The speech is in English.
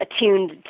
attuned